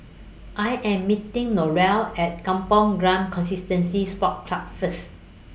I Am meeting Norene At Kampong Glam Constituency Sports Club First